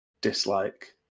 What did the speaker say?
dislike